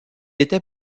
était